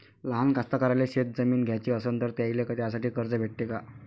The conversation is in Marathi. लहान कास्तकाराइले शेतजमीन घ्याची असन तर त्याईले त्यासाठी कर्ज भेटते का?